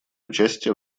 участие